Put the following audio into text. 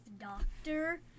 Doctor